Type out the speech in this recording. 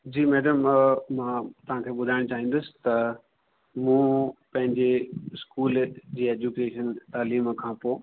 जी madam मां तव्हां खे ॿुधाइणु चाहींदुसि त मूं पंहिंजे स्कूल जी एजुकेशन तइलीम खां पोइ